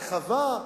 רחבה,